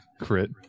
crit